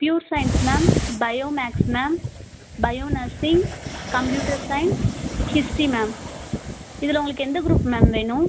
pure science ma'am bio maths ma'am bio nursing computer science history ma'am இதில் உங்களுக்கு எந்த group ma'am வேணும்